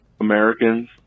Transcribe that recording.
Americans